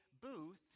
booth